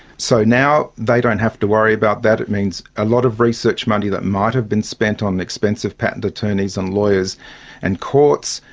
so now they don't have to worry about that, it means a lot of research money that might have been spent on expensive patent attorneys and lawyers and courts,